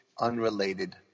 unrelated